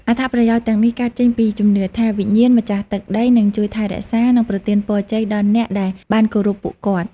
អត្ថប្រយោជន៍ទាំងនេះកើតចេញពីជំនឿថា វិញ្ញាណម្ចាស់ទឹកដីនឹងជួយថែរក្សា និងប្រទានពរជ័យដល់អ្នកដែលបានគោរពពួកគាត់។